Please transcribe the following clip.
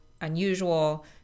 unusual